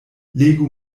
legu